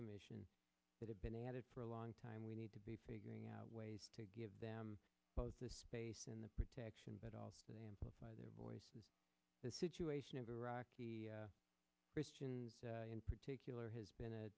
commission that have been at it for a long time we need to be figuring out ways to give them both the space and the protection but also amplify their voice and the situation in iraq christian in particular has been a